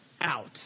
out